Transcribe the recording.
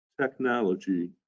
technology